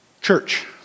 church